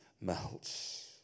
melts